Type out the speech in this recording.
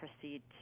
proceed